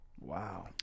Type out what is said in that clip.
Wow